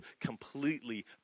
completely